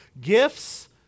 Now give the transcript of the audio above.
Gifts